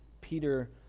peter